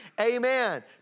amen